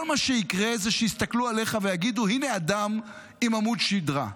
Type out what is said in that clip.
כל מה שיקרה זה שיסתכלו עליך ויגידו: הינה אדם עם עמוד שדרה,